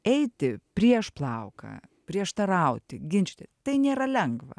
eiti prieš plauką prieštarauti ginčyti tai nėra lengva